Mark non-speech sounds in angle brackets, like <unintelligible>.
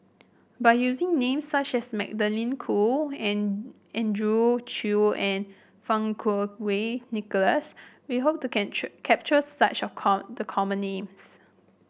by using names such as Magdalene Khoo and Andrew Chew and Fang Kuo Wei Nicholas we hope to <unintelligible> capture such of core the common names